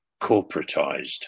corporatized